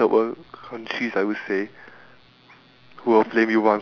as I didn't have a gaming computer back then is my first time having it